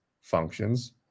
functions